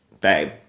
babe